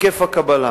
היקף הקבלה,